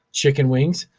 chicken wings.